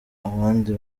abandi